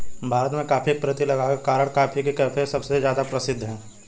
भारत में, कॉफ़ी के प्रति लगाव के कारण, कॉफी के कैफ़े सबसे ज्यादा प्रसिद्ध है